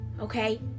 okay